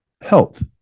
health